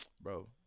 Bro